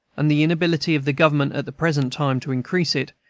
and the inability of the government at the present time to increase it,